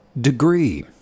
degree